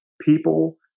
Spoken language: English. people